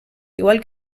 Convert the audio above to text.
igual